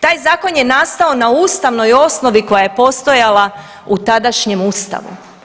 Taj zakon je nastavo na ustavnoj osnovi koja je postojala u tadašnjem ustavu.